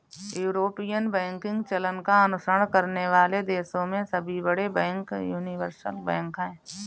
European banking चलन का अनुसरण करने वाले देशों में सभी बड़े बैंक यूनिवर्सल बैंक हैं